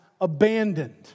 abandoned